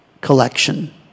collection